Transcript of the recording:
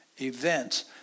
events